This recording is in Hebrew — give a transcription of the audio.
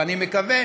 ואני מקווה